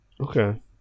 Okay